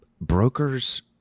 brokers